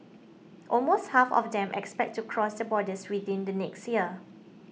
almost half of them expect to cross the borders within the next year